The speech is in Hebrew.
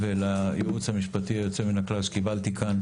ולייעוץ המשפטי היוצא מן הכלל שקיבלתי כאן,